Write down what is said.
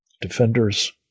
Defenders